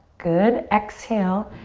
good, exhale.